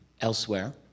elsewhere